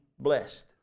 blessed